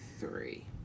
three